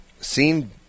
Seen